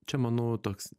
čia manau toks